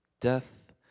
Death